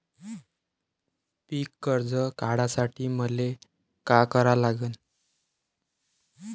पिक कर्ज काढासाठी मले का करा लागन?